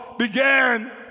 began